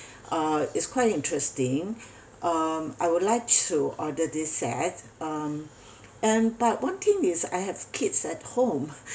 uh is quite interesting um I would like to order this set um and but one thing is I have kids at home